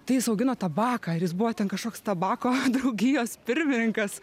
tai jis augino tabaką ir jis buvo ten kažkoks tabako draugijos pirmininkas